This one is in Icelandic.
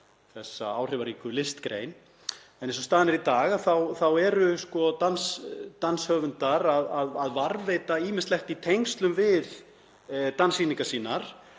þessa áhrifaríku listgrein. Eins og staðan er í dag þá eru danshöfundar að varðveita ýmislegt í tengslum við danssýningar sínar.